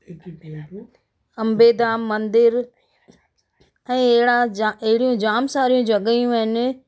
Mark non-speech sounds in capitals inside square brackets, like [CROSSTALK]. [UNINTELLIGIBLE] अंबे धाम मंदिर ऐं अहिड़ा जा अहिड़ियूं जाम सारियूं जॻहियूं आहिनि